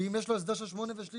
ואם יש לו הסדר של 8 ושליש,